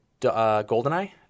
goldeneye